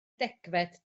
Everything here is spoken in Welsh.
degfed